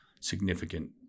significant